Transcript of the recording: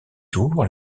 tour